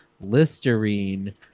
Listerine